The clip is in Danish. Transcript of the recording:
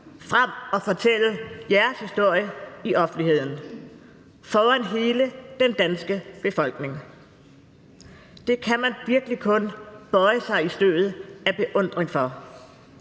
frem og fortælle jeres historier i offentligheden foran hele den danske befolkning. Det kan man virkelig kun bøje sig i støvet af beundring over.